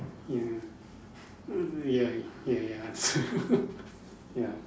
ya mm ya ya yes ya